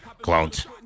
Clones